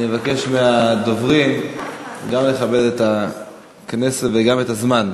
אני אבקש מהדוברים גם לכבד את הכנסת וגם את הזמן.